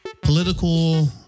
political